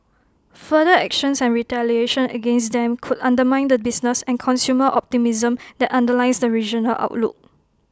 further actions and retaliation against them could undermine the business and consumer optimism that underlies the regional outlook